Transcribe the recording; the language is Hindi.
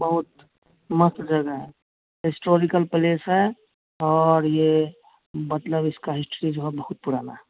बहुत मस्त जगह है हिस्टोरिकल पलेस है और ये मतलब इसकी हिस्ट्री जो है बहुत पुरानी है